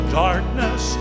darkness